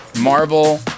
Marvel